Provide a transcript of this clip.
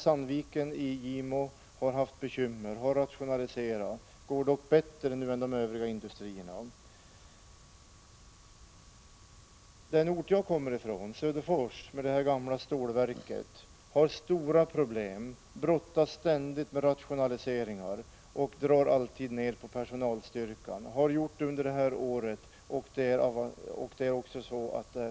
Sandviken i Gimo har haft bekymmer och har rationaliserat. Där går det dock bättre nu än för de övriga industrierna. På den ort jag kommer ifrån, Söderfors, har det gamla stålverket stora problem, brottas ständigt med rationaliseringar, drar alltid ner på personalstyrkan och har gjort det under det här året. Det